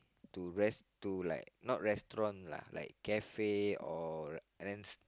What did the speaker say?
to rest to like not restaurant lah like cafe or